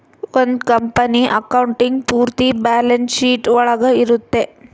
ಒಂದ್ company accounting ಪೂರ್ತಿ balance sheet ಒಳಗ ಇರುತ್ತೆ